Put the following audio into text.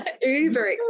Uber